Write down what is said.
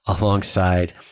alongside